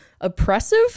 oppressive